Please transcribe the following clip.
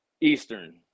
eastern